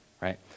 right